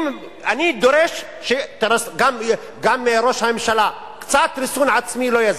אני דורש גם מראש הממשלה, קצת ריסון עצמי לא יזיק.